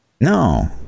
No